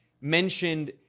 mentioned